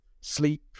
sleep